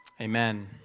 amen